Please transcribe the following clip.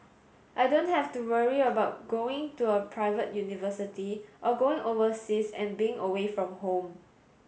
I don't have to worry about going to a private university or going overseas and being away from home